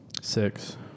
six